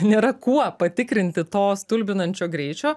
nėra kuo patikrinti to stulbinančio greičio